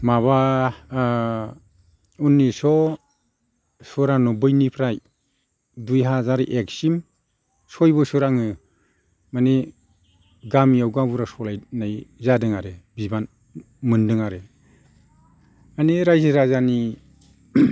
माबा उननिसस' सुरानबबैनिफ्राय दुय हाजार एकसिम सय बोसोर आङो माने गामियाव गावबुरा सलायनाय जादों आरो बिबान मोन्दों आरो माने रायजो राजानि